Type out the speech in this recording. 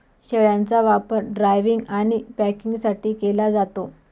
शेळ्यांचा वापर ड्रायव्हिंग आणि पॅकिंगसाठी केला जातो